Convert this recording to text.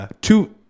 two